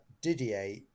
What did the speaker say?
Didier